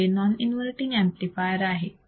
इथे non inverting amplifier आहे